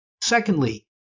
Secondly